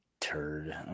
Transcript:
turd